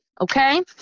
Okay